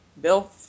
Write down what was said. Bill